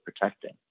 protecting